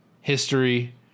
history